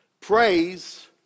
praise